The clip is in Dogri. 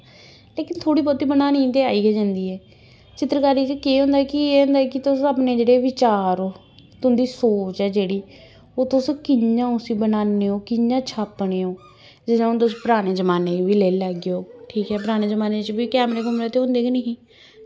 लेकिन थोह्ड़ी बहोती बनानी ते आई गै जंदी ऐ चित्तरकारी च केह् होंदा कि एह् होंदा कि तुस अपने जेह्ड़े विचार ओ तुंदी सोच ऐ जेह्ड़ी ओह् तुस कि'यां उसी बनाने ओ कि'यां छापने ओ जि'यां हून तुस परानें जमान्ने बी लेई लैगे ओ ठीक ऐ परानें जमान्नें च बी कैमरे कूमरे ते होंदे गै निं ही